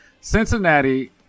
Cincinnati